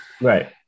Right